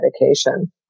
medication